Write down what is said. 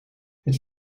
het